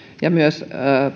ja myös